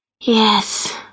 yes